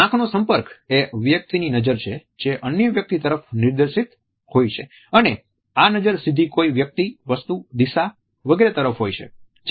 આંખનો સંપર્કએ વ્યક્તિની નજર છે જે અન્ય વ્યક્તિ તરફ નિર્દેશિત હોય છે અને આ નજર સીધી કોઈ વ્યક્તિ વસ્તુ દિશા વગેરે તરફ હોય છે